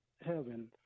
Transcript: heaven